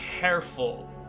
careful